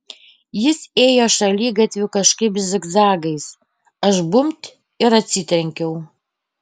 jis ėjo šaligatviu kažkaip zigzagais aš bumbt ir atsitrenkiau